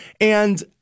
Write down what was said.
And-